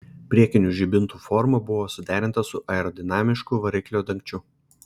priekinių žibintų forma buvo suderinta su aerodinamišku variklio dangčiu